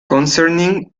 concerning